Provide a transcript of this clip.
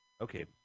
Okay